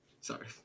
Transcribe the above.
Sorry